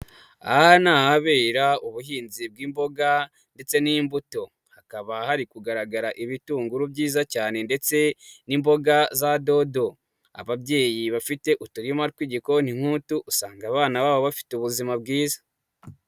Aha ni ahabera ubuhinzi bw'imboga ndetse n'imbuto, hakaba hari kugaragara ibitunguru byiza cyane ndetse n'imboga za dodo. Ababyeyi bafite uturima tw'igikoni nk'utu, usanga abana babo bafite ubuzima bwiza.